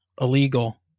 illegal